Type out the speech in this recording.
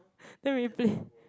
then we play